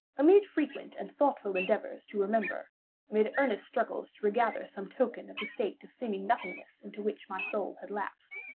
amid frequent and thoughtful endeavors to remember amid earnest struggles to regather some token of the state of seeming nothingness into which my soul had lapsed,